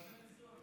נלמד היסטוריה.